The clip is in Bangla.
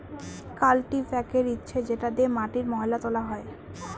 কাল্টিপ্যাকের হচ্ছে যেটা দিয়ে মাটির ময়লা তোলা হয়